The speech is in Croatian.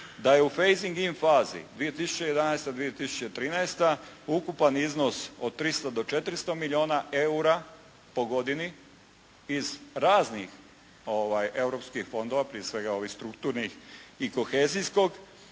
da je u faising in fazi 2011., 2013. ukupan iznos od 300 do 400 milijuna eura po godini iz raznih europskih fondova, prije svega ovih strukturnih i kohezijskog,